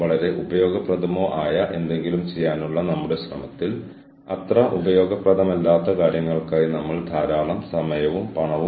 അതിനാൽ അവിടെ പൊരുത്തക്കേടുണ്ട് അല്ലെങ്കിൽ പെട്ടെന്ന് എച്ച്ആർ വകുപ്പ് പറയുന്നു ഫ്ലെക്സിബിൾ ടൈമിംഗുകളൊന്നുമില്ല